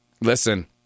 Listen